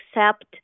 accept